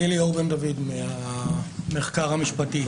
אני מהמחקר המשפטי.